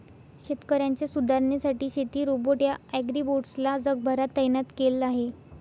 शेतकऱ्यांच्या सुधारणेसाठी शेती रोबोट या ॲग्रीबोट्स ला जगभरात तैनात केल आहे